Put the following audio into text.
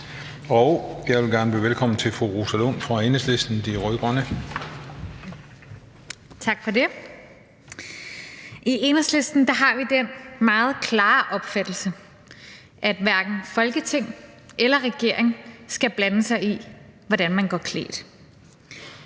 Jeg vil gerne byde velkommen til fru Rosa Lund fra Enhedslisten, De Rød-Grønne. Kl. 20:49 (Ordfører) Rosa Lund (EL): Tak for det. I Enhedslisten har vi den meget klare opfattelse, at hverken Folketinget eller regeringen skal blande sig i, hvordan man går klædt